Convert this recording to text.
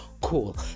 Cool